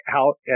out